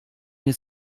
nie